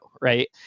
right